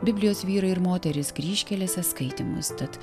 biblijos vyrai ir moterys kryžkelėse skaitymus tad